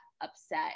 upset